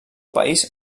país